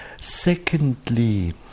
Secondly